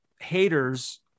haters